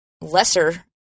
lesser